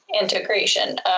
integration